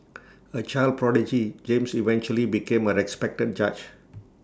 A child prodigy James eventually became A respected judge